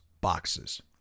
boxes